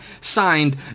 Signed